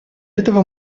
этого